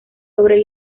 sobre